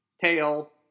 tail